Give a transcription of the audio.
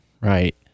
Right